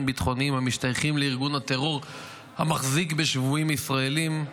ביטחוניים המשתייכים לארגון הטרור המחזיק בשבויים ישראלים,